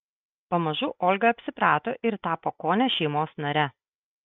pamažu olga apsiprato ir tapo kone šeimos nare